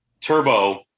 Turbo